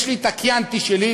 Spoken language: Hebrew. יש לי את ה"קיאנטי" שלי,